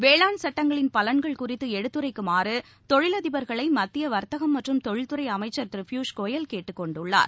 வேளாண் சட்டங்களின் பலன்கள் குறித்து எடுத்துரைக்குமாறு தொழில் அதிபர்களை மத்திய வர்த்தகம் மற்றும் தொழில்துறை அமைச்சர் திரு பியூஷ் கோயல் கேட்டுக்கொண்டுள்ளார்